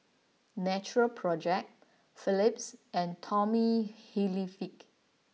Natural Project Philips and Tommy Hilfiger